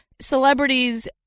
celebrities